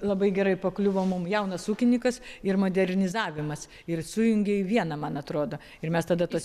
labai gerai pakliuvo mum jaunas ūkininkas ir modernizavimas ir sujungė į vieną man atrodo ir mes tada tuos